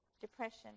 depression